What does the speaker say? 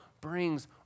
brings